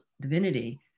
divinity